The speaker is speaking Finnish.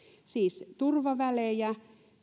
siis turvavälejä